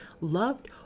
loved